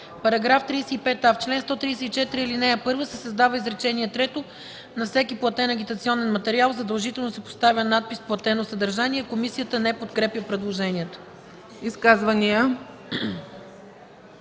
35а: § 35а. В чл. 134, ал. 1 се създава изречение трето: „На всеки платен агитационен материал задължително се поставя надпис „Платено съдържание”. Комисията не подкрепя предложението.